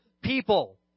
people